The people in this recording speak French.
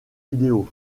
vidéo